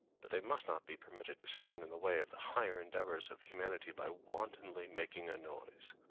but they must not be permitted to stand in the way of the higher endeavors of humanity by wantonly making a noise.